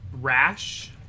Rash